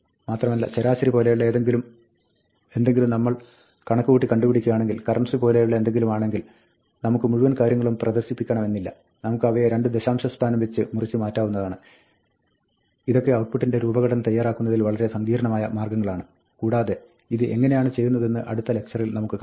മാത്രമല്ല ശരാശരി പോലെയുള്ള എന്തെങ്കിലും നമ്മൾ കണക്കുകൂട്ടി കണ്ടുപിടിക്കുകയാണെങ്കിൽ കറൻസി പോലെയുള്ള എന്തെങ്കിലുമാണെങ്കിൽ നമുക്ക് മുഴുവൻ കാര്യങ്ങളും പ്രദർശിപ്പിക്കണമെന്നില്ല നമുക്ക് അവയെ 2 ദശാംശ സ്ഥാനം വെച്ച് മുറിച്ചു മാറ്റാവുന്നതാണ് ഇതൊക്ക ഔട്ട്പുട്ടിന്റെ രൂപഘടന തയ്യാറാക്കുന്നതിൽ വളരെ സങ്കീർണ്ണമായ മാർഗ്ഗങ്ങളാണ് കൂടാതെ ഇത് എങ്ങിനെയാണ് ചെയ്യുന്നതെന്ന് അടുത്ത ലക്ചറിൽ നമുക്ക് കാണാം